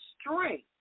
strength